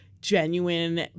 genuine